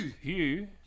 Hugh